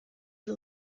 the